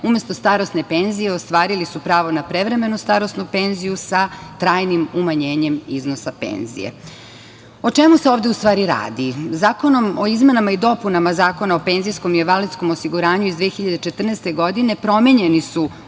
umesto starosne penzije ostvarili su pravo na prevremenu starosnu penziju sa trajnim umanjenjem iznosa penzije.O čemu se ovde u stvari radi? Zakonom o izmenama i dopunama Zakona o PIO iz 2014. godine promenjeni su